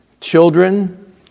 Children